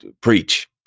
preach